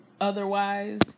otherwise